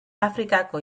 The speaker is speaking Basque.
afrikako